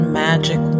magic